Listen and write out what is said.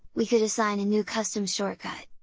we could assign a new custom shortcut.